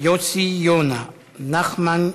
יוסי יונה, נחמן שי,